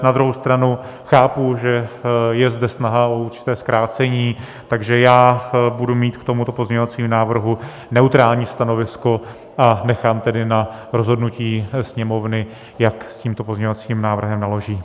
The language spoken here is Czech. Na druhou stranu chápu, že je zde snaha o určité zkrácení, takže budu mít k tomuto pozměňovacímu návrhu neutrální stanovisko, a nechám tedy na rozhodnutí Sněmovny, jak s tímto pozměňovacím návrhem naloží.